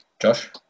Josh